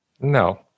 No